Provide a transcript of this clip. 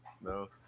no